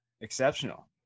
exceptional